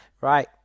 right